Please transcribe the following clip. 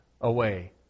Away